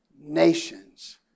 nations